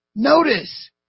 Notice